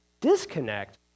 disconnect